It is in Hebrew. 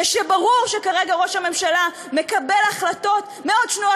כשברור שכרגע ראש הממשלה מקבל החלטות מאוד שנויות